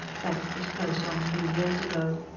that was close on three years ago.